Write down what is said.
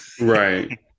Right